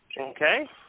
Okay